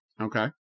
Okay